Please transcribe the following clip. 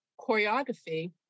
choreography